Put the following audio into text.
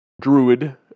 druid